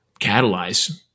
catalyze